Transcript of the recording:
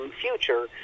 future